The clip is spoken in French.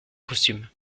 costume